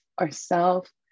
ourself